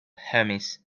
homies